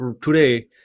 today